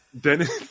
Dennis